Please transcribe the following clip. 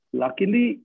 luckily